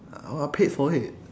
I w~ I paid for it